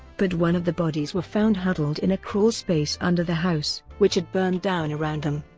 but one of the bodies were found huddled in a crawl space under the house, which had burned down around them.